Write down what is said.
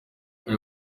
aya